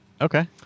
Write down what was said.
Okay